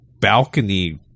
balcony